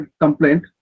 complaint